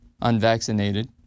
unvaccinated